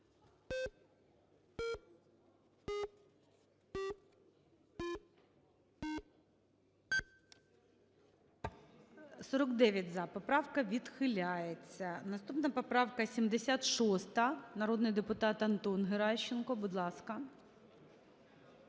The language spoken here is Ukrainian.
За-49 Поправка відхиляється. Наступна поправка 76, народний депутат Антон Геращенко, будь ласка.